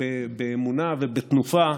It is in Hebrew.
באמונה ובתנופה,